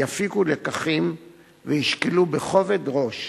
יפיקו לקחים וישקלו בכובד ראש